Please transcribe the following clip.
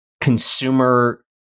consumer